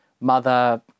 mother